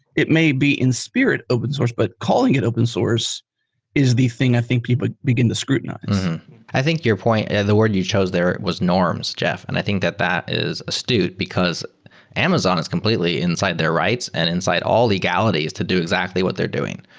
it may be in spirit open source, but calling it open source is the thing i think people begin to scrutinize i think your point, yeah the word you chose there was norms, jeff, and i think that that is astute because amazon is completely inside their rights and inside all legalities to do exactly what they're doing.